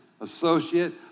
Associate